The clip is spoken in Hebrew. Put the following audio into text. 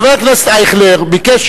חבר הכנסת אייכלר ביקש,